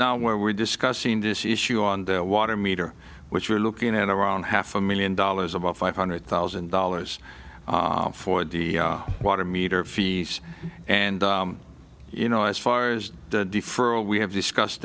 now where we're discussing this issue on the water meter which we're looking at around half a million dollars about five hundred thousand dollars for the water meter fees and you know as far as deferral we have discussed